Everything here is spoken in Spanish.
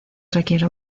requiere